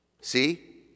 See